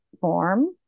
form